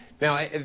Now